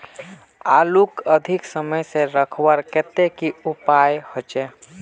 आलूक अधिक समय से रखवार केते की उपाय होचे?